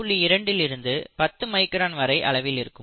2 இல் இருந்து 10 மைக்ரான் வரை அளவில் இருக்கும்